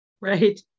right